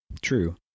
True